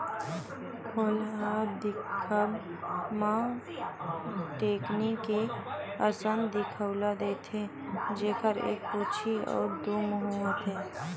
खोल ह दिखब म टेकनी के असन दिखउल देथे, जेखर एक पूछी अउ दू मुहूँ होथे